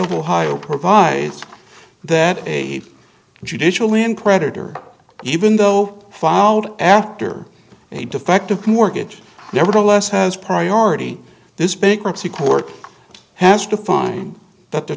of ohio provide that a judicially and creditor even though filed after a defective can mortgage nevertheless has priority this bankruptcy court has to find that the